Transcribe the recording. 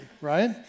right